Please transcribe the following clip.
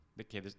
okay